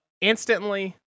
instantly